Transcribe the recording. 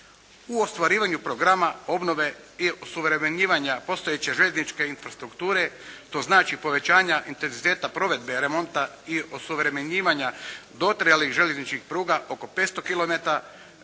U ostvarivanju programa obnove i osuvremenjivanja postojeće željezničke infrastrukture, to znači povećanja intenziteta provedbe remonta i osuvremenjivanja dotrajalih željezničkih pruga oko 500